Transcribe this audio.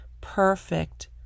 perfect